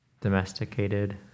domesticated